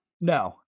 No